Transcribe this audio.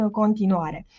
continuare